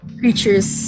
creatures